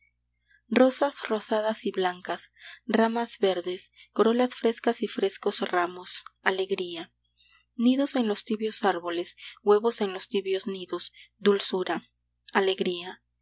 rosas rosadas y blancas ramas verdes corolas frescas y frescos ramos alegría nidos en los tibios árboles huevos en los tibios nidos dulzura alegría